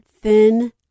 thin